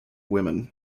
women